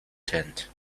tent